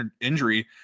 injury